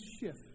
shift